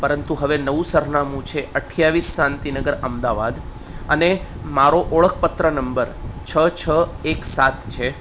પરંતુ હવે નવું સરનામું છે આઠ્ઠાવીસ શાંતિ નગર અમદાવાદ અને મારો ઓળખપત્ર નંબર છ છ એક સાત છે